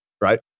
right